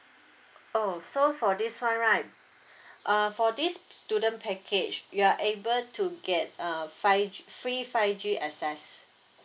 oh so for this [one] right uh for this student package you are able to get uh five free five G access